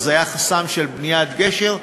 והיה חסם של בניית גשר,